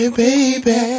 baby